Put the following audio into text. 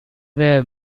were